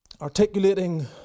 articulating